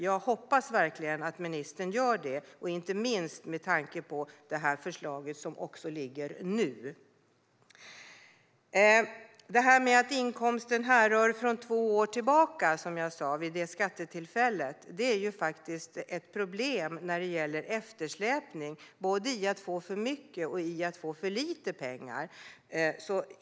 Jag hoppas verkligen att ministern gör det, inte minst med tanke på det förslag som nu ligger. Att inkomsten härrör från skattetillfället två år tillbaka innebär problem med eftersläpning. Det handlar både om att få för mycket och om att få för lite pengar.